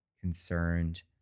concerned